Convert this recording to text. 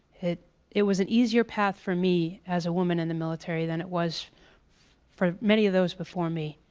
it it was an easier path for me as a woman in the military than it was for many of those before me.